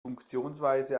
funktionsweise